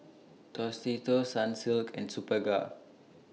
Tostitos Sunsilk and Superga